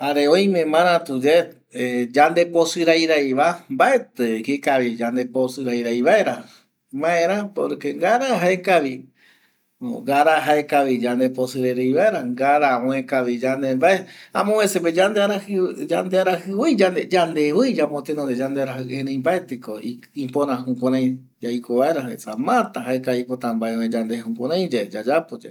Jare oime maratuyae yandeposɨ rairaiva, mbaetɨviko ikavi yandeposɨ rairai vaera maera porque ngara jaekavi, ngara jaekavi yandeposɨ rairai vaera, ngara oikavi yande mbae amovecepe yandearajɨvoi, yandevoi yambo tenonde yandearajɨ erei mbaetɨko ipöra jukurai yaiko vaera esa mata jaekavi pota oekavi yande jukuraiyae yayapoyae